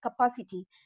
capacity